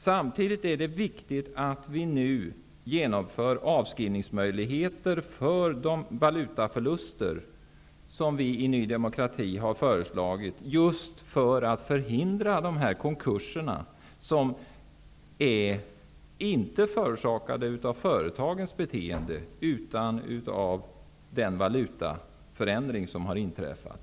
Samtidigt är det viktigt att vi nu inför avskrivningsmöjligheter för valutaförluster, som vi i Ny demokrati har föreslagit, just för att förhindra konkurser som inte är förorsakade av företagens beteende utan av den valutaförändring som har inträffat.